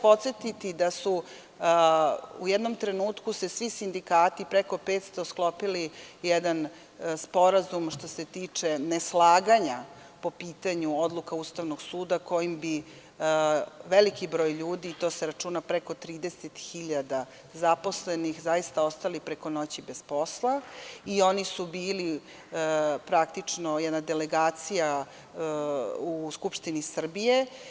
Podsetiću vas da su u jednom trenutku svi sindikati, njih preko 500, sklopili jedan sporazum što se tiče neslaganja po pitanju odluka Ustavnog suda kojima bi veliki broj ljudi, a tu se računa preko 30.000 zaposlenih, ostali preko noći bez posla i oni su bili jedna delegacija u Skupštini Srbije.